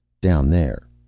down there.